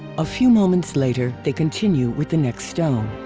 a few moments later they continue with the next stone.